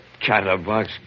chatterbox